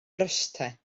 mryste